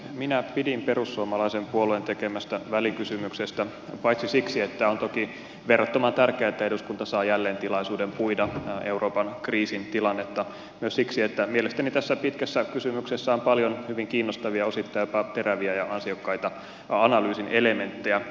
minä pidin perussuomalaisen puolueen tekemästä välikysymyksestä paitsi siksi että on toki verrattoman tärkeätä että eduskunta saa jälleen tilaisuuden puida euroopan kriisin tilannetta myös siksi että mielestäni tässä pitkässä kysymyksessä on paljon hyvin kiinnostavia osittain jopa teräviä ja ansiokkaita analyysin elementtejä